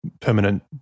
permanent